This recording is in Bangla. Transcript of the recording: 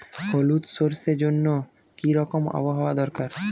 হলুদ সরষে জন্য কি রকম আবহাওয়ার দরকার?